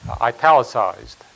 italicized